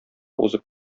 узып